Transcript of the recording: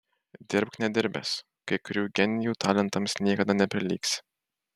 dirbk nedirbęs kai kurių genijų talentams niekada neprilygsi